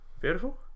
Beautiful